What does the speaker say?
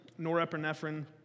norepinephrine